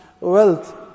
wealth